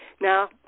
Now